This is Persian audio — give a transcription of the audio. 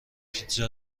پیتزا